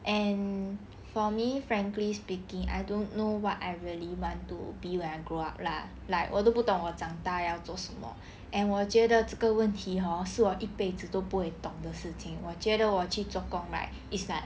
and for me frankly speaking I don't know what I really want to be when I grow up lah like 我都不懂我长大要做什么 and 我觉得这个问题 hor 是我一辈子都不会懂的事情我觉得我去做工 right it's like